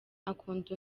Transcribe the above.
akunda